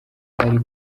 kari